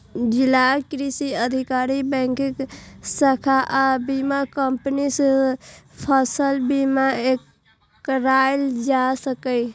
जिलाक कृषि अधिकारी, बैंकक शाखा आ बीमा कंपनी सं फसल बीमा कराएल जा सकैए